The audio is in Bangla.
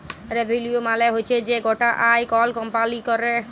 রেভিলিউ মালে হচ্যে যে গটা আয় কল কম্পালি ক্যরে